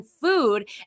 food